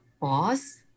pause